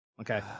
Okay